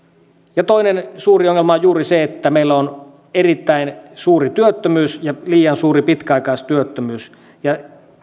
ja toinen suuri ongelma on juuri se että meillä on erittäin suuri työttömyys ja liian suuri pitkäaikaistyöttömyys